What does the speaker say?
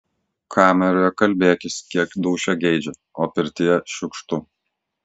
kameroje kalbėkis kiek dūšia geidžia o pirtyje šiukštu